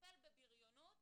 לטפל בבריונות